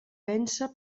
vèncer